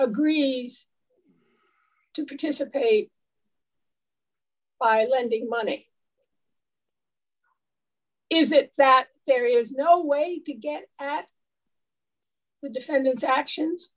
agrees to participate by lending money is it that there is no way to get at the defendant's actions